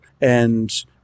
and-